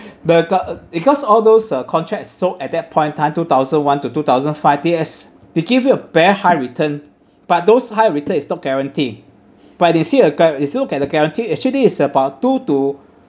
but the because all those uh contracts sold at that point of time two thousand one to two thousand five they as they give you a very high return but those high return it's not guarantee but they see a guar~ if you look at the guarantee actually is about two to